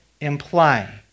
imply